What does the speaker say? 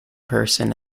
person